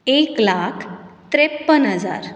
एक लाख त्रेप्पन हजार